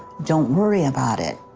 don't worry about it.